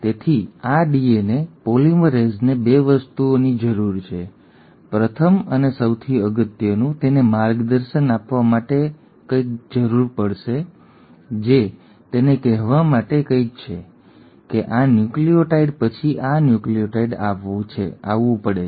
તેથી શું થાય છે આ ડીએનએ પોલિમરેઝને 2 વસ્તુઓની જરૂર છે પ્રથમ અને સૌથી અગત્યનું તેને માર્ગદર્શન આપવા માટે કંઈકની જરૂર છે જે તેને કહેવા માટે કંઈક છે કે આ ન્યુક્લિઓટાઇડ પછી આ ન્યુક્લિઓટાઇડ આવવું પડે છે